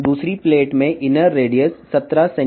రెండవ పలకలో లోపలి వ్యాసార్థం 17 సెం